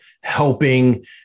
helping